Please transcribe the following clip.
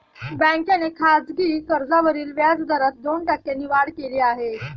बँकेने खासगी कर्जावरील व्याजदरात दोन टक्क्यांनी वाढ केली आहे